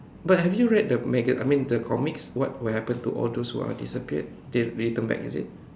but have you read the maga~ I mean the comics what will happen to all those who are disappeared they return back is it